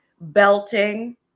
Belting